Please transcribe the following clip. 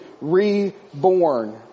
reborn